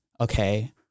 Okay